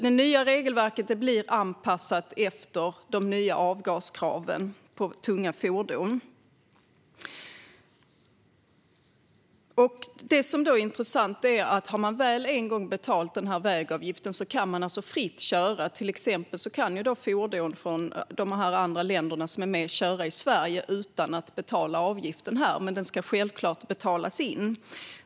Det nya regelverket blir anpassat efter de nya avgaskraven på tunga fordon. Det intressanta är att när man väl har betalt vägavgiften kan man köra fritt. Till exempel kan fordon från de andra länderna som är med i samarbetet köra i Sverige utan att betala avgiften här, men den ska självklart betalas in.